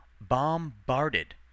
bombarded